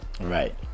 Right